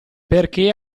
perché